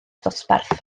dosbarth